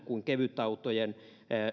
kuin kevytautojen